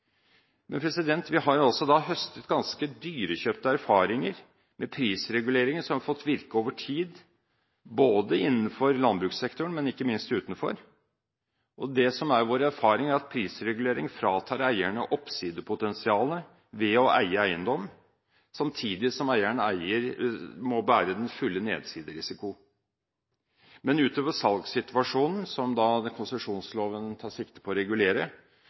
men ikke minst utenfor. Det som er vår erfaring, er at prisregulering fratar eierne oppsidepotensialet ved å eie eiendom, samtidig som eieren må bære den fulle nedsiderisikoen. Utover salgssituasjonen, som konsesjonsloven tar sikte på å regulere,